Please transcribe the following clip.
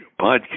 podcast